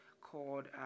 called